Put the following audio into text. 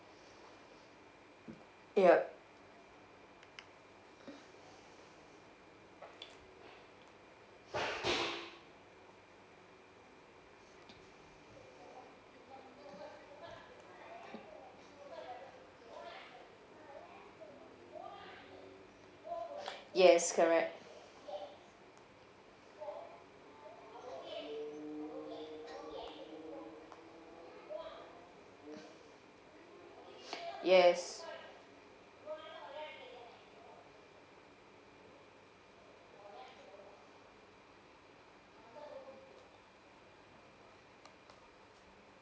yup yes correct yes